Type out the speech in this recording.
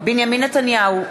בנימין נתניהו,